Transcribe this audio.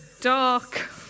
dark